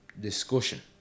discussion